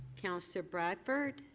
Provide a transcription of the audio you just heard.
councillor bradford,